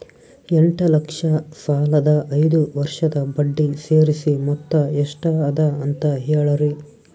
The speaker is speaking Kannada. ಎಂಟ ಲಕ್ಷ ಸಾಲದ ಐದು ವರ್ಷದ ಬಡ್ಡಿ ಸೇರಿಸಿ ಮೊತ್ತ ಎಷ್ಟ ಅದ ಅಂತ ಹೇಳರಿ?